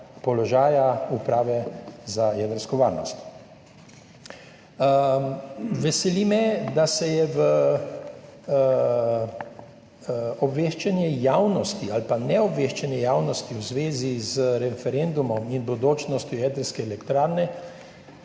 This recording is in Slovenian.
položaja Uprave za jedrsko varnost. Veseli me, da se je v obveščanje javnosti ali pa neobveščanje javnosti v zvezi z referendumom in bodočnostjo jedrske elektrarne